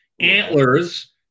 Antlers